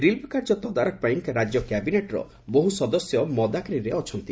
relief କାର୍ଯ୍ୟ ତଦାରଖପାଇଁ ରାଜ୍ୟ କ୍ୟାବିନେଟ୍ର ବହୁ ସଦସ୍ୟ ମଦାକେରିରେ ଅଛନ୍ତି